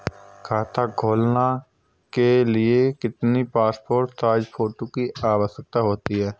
खाता खोलना के लिए कितनी पासपोर्ट साइज फोटो की आवश्यकता होती है?